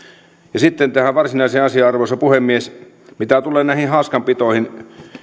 ja sitten tähän varsinaiseen asiaan arvoisa puhemies mitä tulee näihin haaskanpitoihin